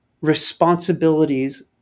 responsibilities